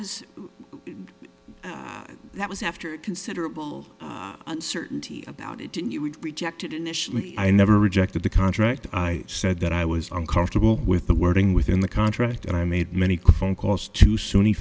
was that was after considerable uncertainty about it rejected initially i never rejected the contract i said that i was uncomfortable with the wording within the contract and i made many phone calls to sun